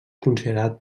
considerat